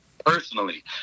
Personally